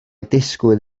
disgwyl